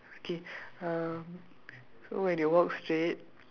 okay okay um